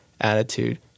attitude